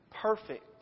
perfect